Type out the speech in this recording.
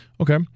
Okay